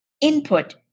input